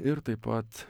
ir taip pat